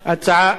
חינוך.